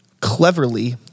cleverly